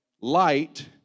light